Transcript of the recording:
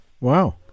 wow